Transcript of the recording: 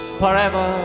forever